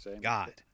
God